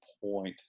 point